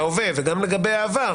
גם לגבי ההווה וגם לגבי העבר,